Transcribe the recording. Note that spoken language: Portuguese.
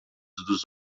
dos